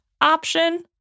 option